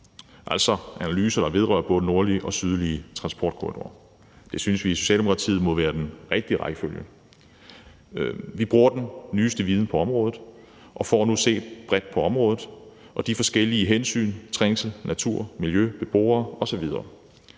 altså analyser, der vedrører både den nordlige og sydlige transportkorridor. Det synes vi i Socialdemokratiet må være den rigtige rækkefølge. Vi bruger den nyeste viden på området og får nu set bredt på området og de forskellige hensyn: trængsel, natur, miljø, beboere osv.